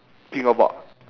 think about